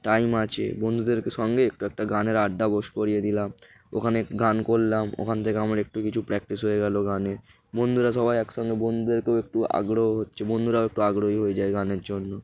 time আছে বন্ধুদের সঙ্গে একটু একটা গানের আড্ডা বোস করিয়ে দিলাম ওখানে গান করলাম ওখান থেকে আমার একটু কিছু প্র্যাকটিস হয়ে গেলো গানের বন্ধুরা সবাই একসঙ্গে বন্ধুদেরকেও একটু আগ্রহ হচ্ছে বন্ধুরাও একটু আগ্রহী হয়ে যায় গানের জন্য